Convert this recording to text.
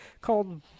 called